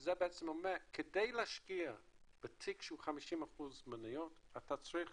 שזה אומר, כדי להשקיע בתיק של 50% מניות אתה צריך